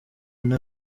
nta